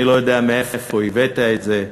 אני לא יודע מאיפה הבאת את זה,